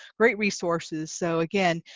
great resources, so again,